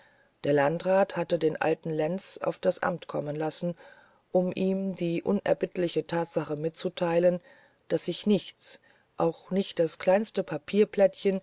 der landrat hatte den alten lenz auf das amt kommen lassen um ihm die unerbittliche thatsache mitzuteilen daß sich nichts auch nicht das kleinste